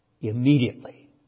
immediately